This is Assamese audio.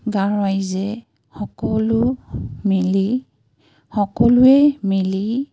গাঁৱৰ ৰাইজে সকলো মিলি সকলোৱে মিলি